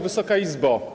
Wysoka Izbo!